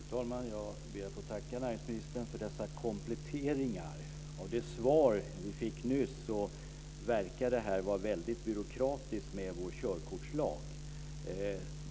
Fru talman! Jag ber att få tacka näringsministern för dessa kompletteringar. Av det svar som jag fick nyss att döma verkar det vara väldigt byråkratiskt med vår körkortslag.